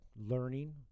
learning